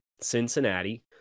Cincinnati